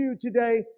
today